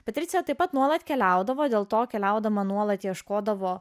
patricija taip pat nuolat keliaudavo dėl to keliaudama nuolat ieškodavo